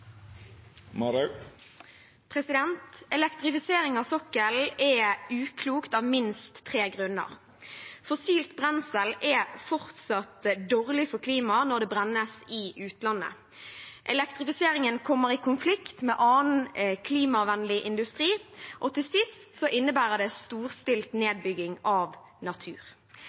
sokkelen er uklokt av minst tre grunner: Fossilt brensel er fortsatt dårlig for klima når det brennes i utlandet, elektrifiseringen kommer i konflikt med annen klimavennlig industri, og til sist så innebærer det en storstilt nedbygging av natur.